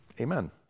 Amen